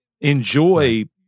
Enjoy